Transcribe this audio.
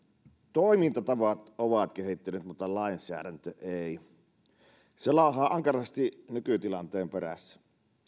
toimintatavat ovat kehittyneet mutta lainsäädäntö ei se laahaa ankarasti nykytilanteen perässä